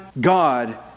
god